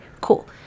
Cool